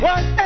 One